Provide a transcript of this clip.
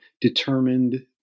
determined